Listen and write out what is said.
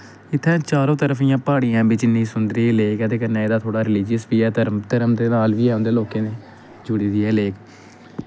इत्थें चारों तरफ इ'यां प्हाड़ियां ऐ बिच्च इन्नी सुन्दर जेही लेक ऐ ते कन्नै एह्दा थोह्ड़ा रिलिजियस बी ऐ धर्म धर्म दे नाल बी ऐ उं'दे लोकें दे जुड़ी दी ऐ एह् लेक